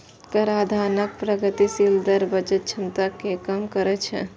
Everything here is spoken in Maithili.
कराधानक प्रगतिशील दर बचत क्षमता कें कम करै छै